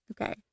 Okay